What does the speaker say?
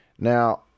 Now